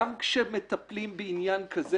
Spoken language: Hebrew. גם כשמטפלים בעניין כזה,